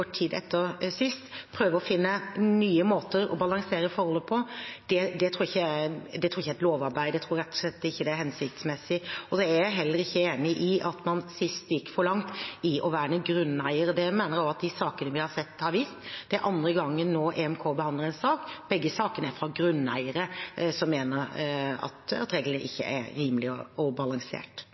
tid etter sist, å finne nye måter å balansere forholdet på – der tror jeg rett og slett ikke et lovarbeid ville være hensiktsmessig. Jeg er heller ikke enig i at man sist gikk for langt i å være grunneier. Det mener jeg også at de sakene vi har sett, har vist. Det er nå andre gang EMK behandler en sak. I begge sakene er det grunneiere som mener at reglene ikke er rimelige og